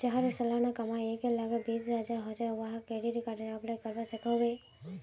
जहार सालाना कमाई एक लाख बीस हजार होचे ते वाहें क्रेडिट कार्डेर अप्लाई करवा सकोहो होबे?